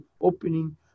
opening